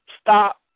stop